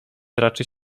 raczy